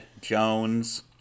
Jones